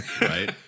right